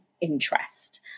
interest